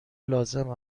لازم